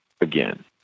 again